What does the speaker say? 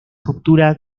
ruptura